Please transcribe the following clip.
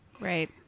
Right